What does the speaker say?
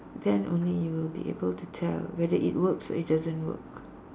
then only you will be able to tell whether it works or it doesn't work